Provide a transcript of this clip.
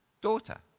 Daughter